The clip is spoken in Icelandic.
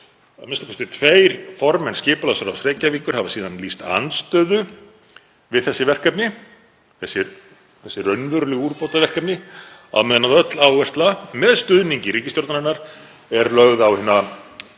Að minnsta kosti tveir formenn skipulagsráðs Reykjavíkur hafa síðan lýst andstöðu við þessi verkefni, þessi raunverulegu úrbótaverkefni, á meðan öll áhersla, með stuðningi ríkisstjórnarinnar, er lögð á hina